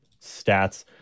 stats